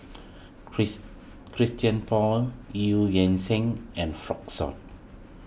Chris Christian Paul Eu Yan Sang and Fuk Sun